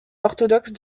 orthodoxes